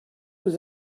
vous